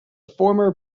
former